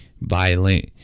violent